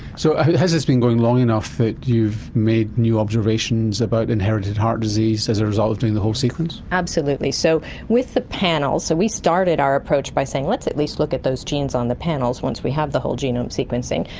so has this been going long enough that you've made new observations about inherited heart disease as a result of doing the whole sequence? absolutely. so with the panels, so we started our approach by saying let's at least look at those genes on the panels once we have the whole genome sequencing,